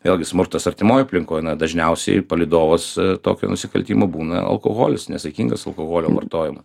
vėlgi smurtas artimoj aplinkoj na dažniausiai palydovas tokio nusikaltimo būna alkoholis nesaikingas alkoholio vartojimas